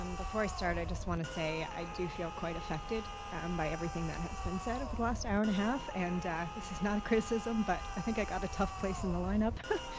um before i start, i just want to say i do feel quite affected um by everything that has been said over the last hour and a half and this is not a criticism but i think i got a tough place in the lineup